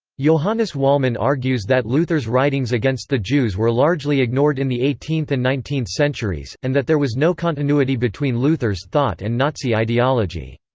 johannes wallmann argues that luther's writings against the jews were largely ignored in the eighteenth and nineteenth centuries, and that there was no continuity between luther's thought and nazi ideology.